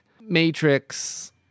Matrix